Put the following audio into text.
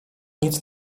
nic